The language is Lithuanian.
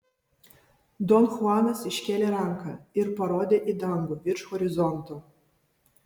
don chuanas iškėlė ranką ir parodė į dangų virš horizonto